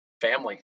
family